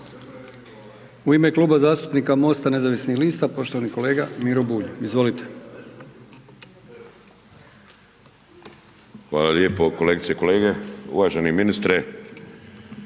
U ime Kluba zastupnika MOST-a nezavisnih lista poštovani kolega Miro Bulj. Izvolite. **Bulj, Miro (MOST)** Hvala lijepo. Kolegice i kolege uvaženi ministre,